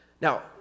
Now